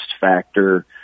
factor